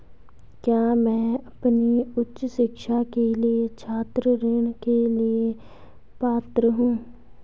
क्या मैं अपनी उच्च शिक्षा के लिए छात्र ऋण के लिए पात्र हूँ?